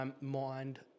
mind